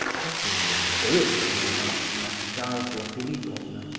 cuttingly and irritably remarked nastasia philipovna.